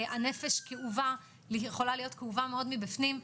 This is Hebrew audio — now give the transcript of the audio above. הנפש יכולה להיות כאובה מאוד מבפנים,